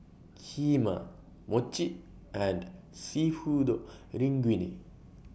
Kheema Mochi and Seafood Linguine